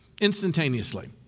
instantaneously